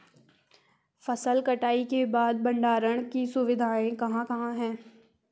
फसल कटाई के बाद भंडारण की सुविधाएं कहाँ कहाँ हैं?